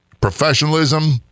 professionalism